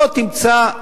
לא תמצא,